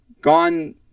gone